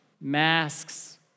masks